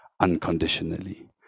unconditionally